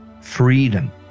freedom